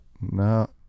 No